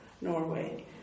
Norway